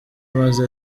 amaze